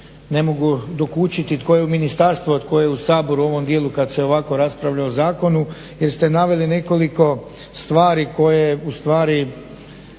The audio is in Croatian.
ne mogu dokučiti tko je u ministarstvu, a tko je u Saboru u ovom dijelu kad se ovako raspravlja o zakonu jer ste naveli nekoliko stvari koje ustvari